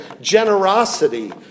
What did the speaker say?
generosity